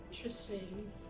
Interesting